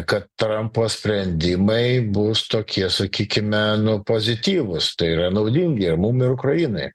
kad trampo sprendimai bus tokie sakykime nu pozityvūs tai yra naudingi ir mum ir ukrainai